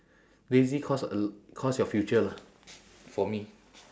lazy cost a l~ cost your future lah for me